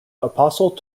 apostle